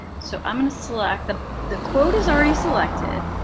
so i'm going to select. the the quote is already selected.